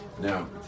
Now